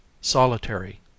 solitary